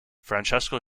francesco